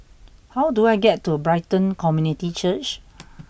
how do I get to Brighton Community Church